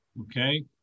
Okay